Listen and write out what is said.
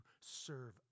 serve